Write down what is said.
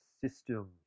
system